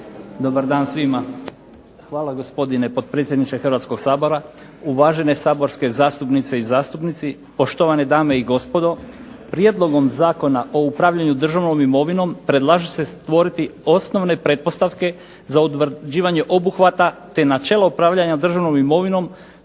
Dobar dan svima. Hvala gospodine potpredsjedniče Hrvatskog sabora, uvažene saborske zastupnice i zastupnici, poštovane dane i gospodo. Prijedlogom Zakona o upravljanju državnom imovinom predlaže se stvoriti osnovne pretpostavke za utvrđivanje obuhvata te načelo upravljanja državnom imovinom